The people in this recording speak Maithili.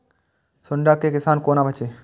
सुंडा से किसान कोना बचे?